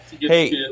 Hey